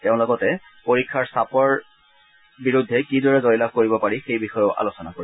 তেওঁ লগতে পৰীক্ষাৰ চাপৰ বিৰুদ্ধে কিদৰে জয়লাভ কৰিব পাৰি সেই বিষয়েও আলোচনা কৰিব